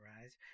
rise